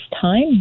time